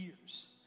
years